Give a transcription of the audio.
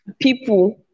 people